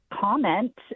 comment